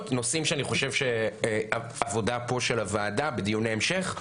נושאים שאני חושב שעבודה פה של הוועדה בדיוני המשך,